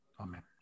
Amen